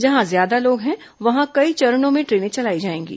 जहां ज्यादा लोग है वहां कई चरणों में ट्रेनें चलाई जाएंगी